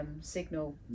signal